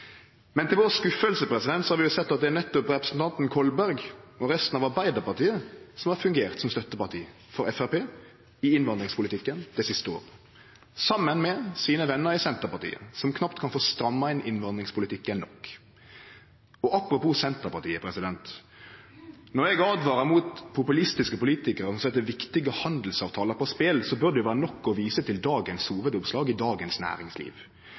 Men til vår skuffelse har vi sett at det er nettopp representanten Kolberg og resten av Arbeidarpartiet som har fungert som støtteparti for Framstegspartiet i innvandringspolitikken dei siste åra, saman med sine vener i Senterpartiet, som knapt kan få stramma inn innvandringspolitikken nok. Apropos Senterpartiet: Når eg åtvarar mot populistiske politikarar som set viktige handelsavtalar på spel, bør det vere nok å vise til dagens hovudoppslag i Dagens Næringsliv.